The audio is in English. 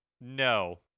No